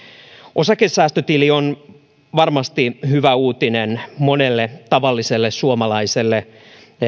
osakesäästötili on varmasti hyvä uutinen monelle tavalliselle suomalaiselle